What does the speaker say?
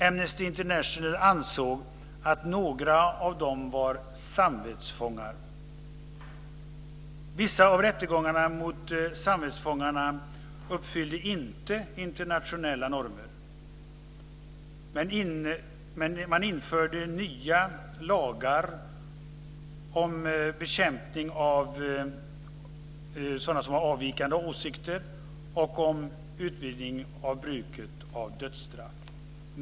Amnesty International ansåg att några av dem var samvetsfångar. Vissa av rättegångarna mot samvetsfångarna uppfyller inte internationella normer. Man införde nya lagar om bekämpning av sådana som har avvikande åsikter och om utvidgning av bruket av dödsstraff.